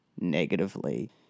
negatively